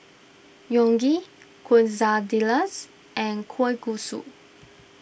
Unagi Quesadillas and Kalguksu